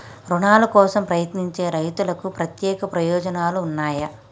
రుణాల కోసం ప్రయత్నించే రైతులకు ప్రత్యేక ప్రయోజనాలు ఉన్నయా?